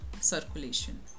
circulation